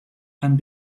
and